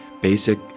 basic